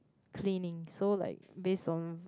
cleaning so like based on